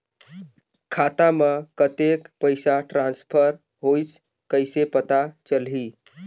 खाता म कतेक पइसा ट्रांसफर होईस कइसे पता चलही?